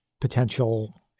potential